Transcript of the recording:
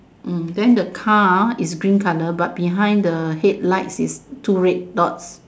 then the car is green color but behind the headlights is two red dots